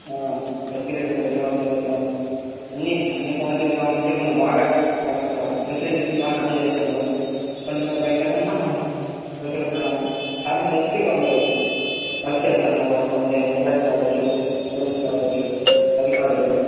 security టైట్గా ఉంది అక్కడ అన్ని అన్ని క్వాలిటీగా ఉంటే మనకి బాగా వాళ్ళ యొక్క ఫెసిలిటీసు బాగా అందజేస్తున్నారు ట్వంటీ ఫోర్ బై సెవెన్ ప్రతి ఒక పాసేన్జర్స్కి వాళ్ళు వర్క్ చేస్తున్నారు అక్కడ ఉండే ఎంప్లాయిస్ కావచ్చు పోలీస్ కావచ్చు అధికారులు